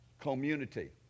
Community